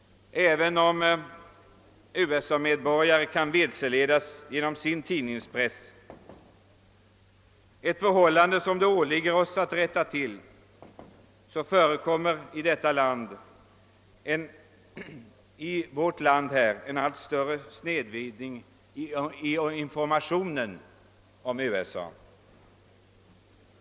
Även om USA-medborgare kan vilseledas i fråga om Sverige genom sin tidningspress — ett förhållande som det åligger oss att rätta till — förekommer i vårt land en allt större snedvridning 1 informationen om USA.